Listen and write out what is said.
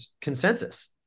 consensus